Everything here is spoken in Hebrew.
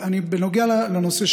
בנוגע לנושא,